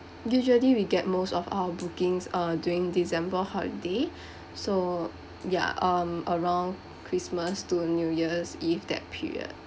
usually we get most of our bookings uh during december holiday so ya um around christmas to new year's eve that period